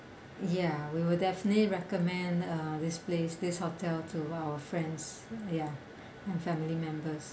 ya we will definitely recommend uh this place this hotel to our friends ya and family member